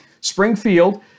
Springfield